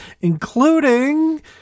including